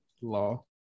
law